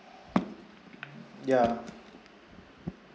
ya